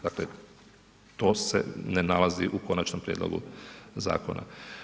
Dakle, to se ne nalazi u konačnom prijedlogu zakona.